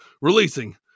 releasing